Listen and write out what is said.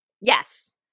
Yes